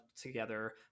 together